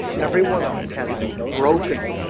every one of them had to be broken